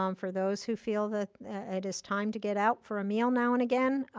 um for those who feel that it is time to get out for a meal now and again,